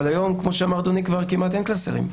אבל היום, כמו שאמר אדוני, כבר כמעט אין קלסרים,